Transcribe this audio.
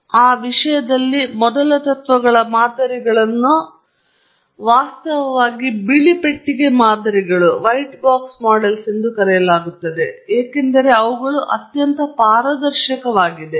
ಆದ್ದರಿಂದ ಆ ವಿಷಯದಲ್ಲಿ ಮೊದಲ ತತ್ವಗಳ ಮಾದರಿಗಳನ್ನು ವಾಸ್ತವವಾಗಿ ಬಿಳಿ ಪೆಟ್ಟಿಗೆ ಮಾದರಿಗಳು ಎಂದು ಕರೆಯಲಾಗುತ್ತದೆ ಏಕೆಂದರೆ ಅವುಗಳು ಅತ್ಯಂತ ಪಾರದರ್ಶಕವಾಗಿವೆ